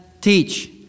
teach